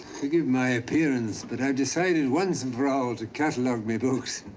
forgive my appearance, but i've decided once and for all to catalog me books.